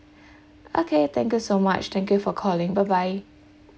okay thank you so much thank you for calling bye bye